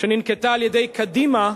שננקטה על-ידי קדימה,